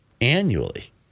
annually